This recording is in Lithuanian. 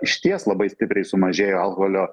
išties labai stipriai sumažėjo alkoholio